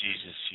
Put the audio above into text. Jesus